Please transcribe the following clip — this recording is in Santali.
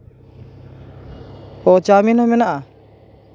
ᱚᱻ ᱪᱟᱣᱢᱤᱱ ᱦᱚᱸ ᱢᱮᱱᱟᱜᱼᱟ